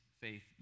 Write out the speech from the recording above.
faith